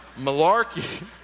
Malarkey